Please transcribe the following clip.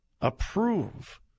approve